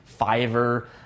Fiverr